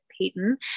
Peyton